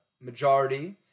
majority